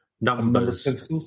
numbers –